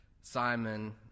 Simon